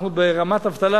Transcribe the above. אנחנו ברמת אבטלה,